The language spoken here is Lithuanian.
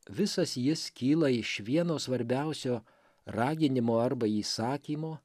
visas jis kyla iš vieno svarbiausio raginimo arba įsakymo